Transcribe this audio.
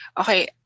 okay